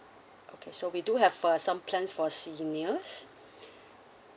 okay so we do have uh some plans for seniors